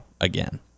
again